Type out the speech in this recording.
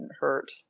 hurt